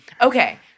Okay